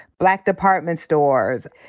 black department stores,